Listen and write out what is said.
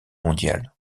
mondiale